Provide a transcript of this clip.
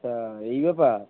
তা এই ব্যাপার